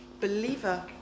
believer